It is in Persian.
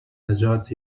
نجات